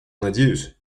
надеюсь